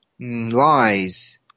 lies